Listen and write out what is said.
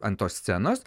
ant tos scenos